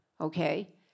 Okay